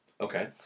Okay